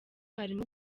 harimo